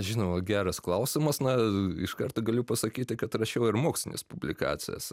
žinoma geras klausimas na iš karto galiu pasakyti kad rašiau ir mokslines publikacijas